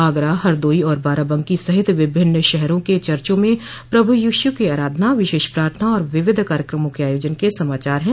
आगरा हरदोई और बाराबंकी सहित विभिन्न शहरों में चर्चो में प्रभु यीशु की आराधना विशेष प्रार्थना और विविध कार्यक्रमों के आयोजन के समाचार हैं